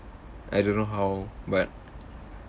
I don't know how but